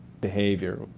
behavior